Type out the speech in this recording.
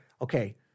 okay